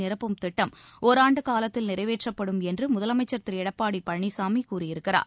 நிரப்பும் திட்டம் ஒராண்டு காலத்தில் நிறைவேற்றப்படும் என்று முதலமைச்சர் திரு எடப்பாடி பழனிசாமி கூறியிருக்கிறார்